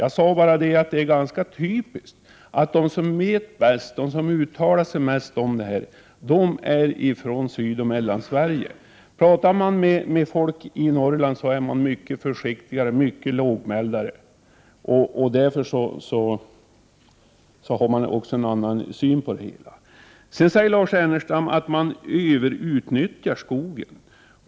Jag sade bara att det är ganska typiskt att de som vet bäst, de som uttalar sig mest om det här, kommer från Sydoch Mellansverige. Talar man med folk i Norrland, finner man att de är mycket försiktigare, mycket mer lågmälda. Därför har de också en annan syn på det hela. Sedan säger Lars Ernestam att man överutnyttjar skogen.